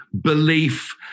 Belief